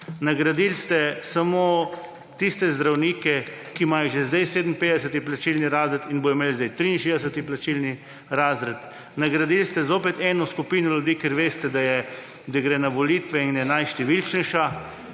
nagradili ste samo tiste zdravnike, ki imajo že zdaj 57 plačilni razred in bodo imeli zdaj 63. plačilni razred, nagradili ste zopet eno skupino ljudi, ker veste, da gre na volitve in je najštevilčnejša,